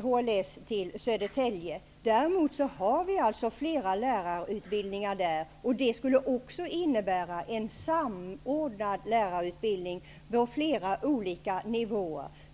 HLS till Södertälje. Däremot har vi redan flera lärarutbildningar där. Det skulle också innebära en samordnad lärarutbildning på flera olika nivåer.